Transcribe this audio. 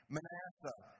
Manasseh